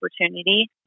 opportunity